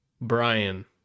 brian